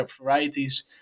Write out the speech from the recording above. varieties